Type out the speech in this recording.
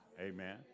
Amen